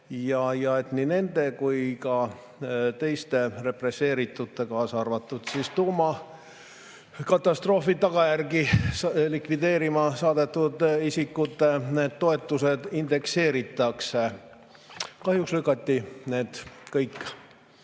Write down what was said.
et nii nende kui ka teiste represseeritute, kaasa arvatud tuumakatastroofi tagajärgi likvideerima saadetud isikute toetused indekseeritaks. Kahjuks lükati kõik